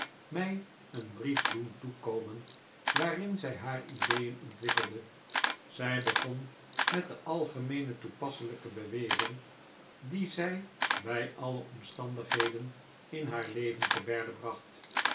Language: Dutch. mij een brief doen toekomen waarin zij haar ideeen ontwikkelde zij begon met de algemeen toepasselijke bewering die zij bij alle omstandigheden in haar leven te berde bracht